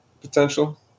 potential